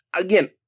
again